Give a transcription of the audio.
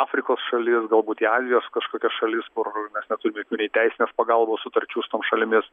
afrikos šalis galbūt į azijos kažkokias šalis kur mes neturim jokių nei teisinės pagalbos sutarčių su tom šalimis